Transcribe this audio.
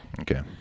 Okay